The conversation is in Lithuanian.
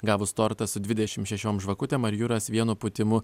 gavus tortą su dvidešimt šešiom žvakutėm ar juras vienu pūtimu